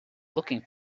looking